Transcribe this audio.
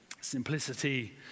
Simplicity